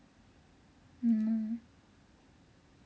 mm